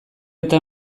eta